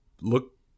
look